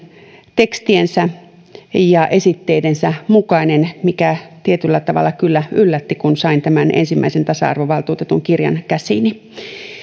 tekstien ja esitteiden mukainen mikä tietyllä tavalla kyllä yllätti kun sain tämän ensimmäisen tasa arvovaltuutetun kirjan käsiini